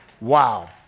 Wow